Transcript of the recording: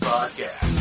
Podcast